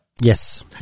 Yes